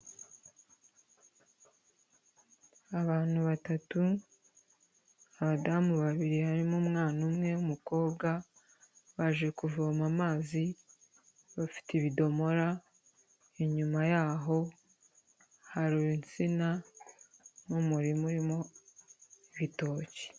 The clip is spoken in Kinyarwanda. Abantu batatu, abadamu babiri harimo umwana umwe w'umukobwa baje kuvoma amazi bafite ibidomora, inyuma yaho hari insina n'umurima urimo ibitoki.